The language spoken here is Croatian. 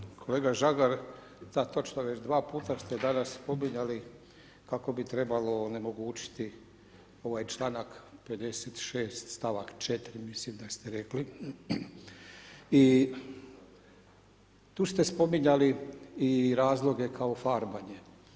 Hvala lijepo, kolega Žagar, to točno već dva puta ste danas spominjali kako bi trebalo onemogućiti ovaj članak 56. stavak 4. mislim da ste rekli i tu ste spominjali razloge kao farbanje.